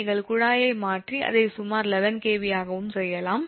நீங்கள் குழாயை மாற்றி அதை சுமார் 11 𝑘𝑉 ஆகவும் செய்யலாம்